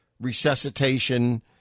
resuscitation